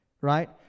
Right